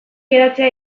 geratzea